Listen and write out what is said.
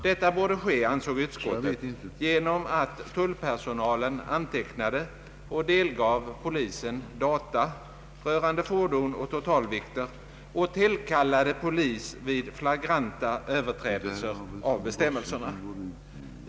Detta borde ske, ansåg utskottet, genom att tullpersonalen antecknade och delgav polisen data rörande fordon och totalvikter och tillkallade polis vid flagranta överträdelser av bestämmelserna.